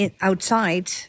outside